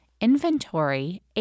inventory